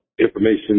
information